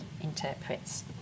interprets